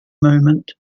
moment